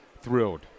thrilled